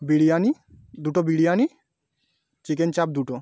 বিরিয়ানি দুটো বিরিয়ানি চিকেন চাপ দুটো